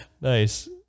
nice